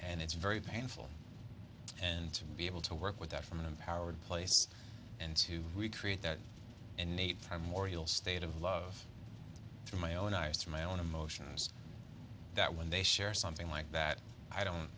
and it's very painful and to be able to work with that from an empowered place and to recreate that innate from morrill state of love through my own eyes to my own emotions that when they share something like that i don't